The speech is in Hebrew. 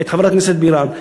חברת הכנסת בירן.